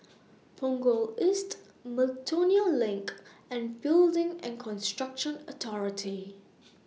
Punggol East Miltonia LINK and Building and Construction Authority